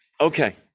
Okay